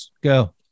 go